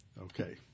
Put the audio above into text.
Okay